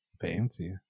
fancy